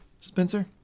Spencer